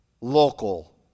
local